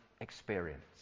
experience